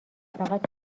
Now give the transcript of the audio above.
فقط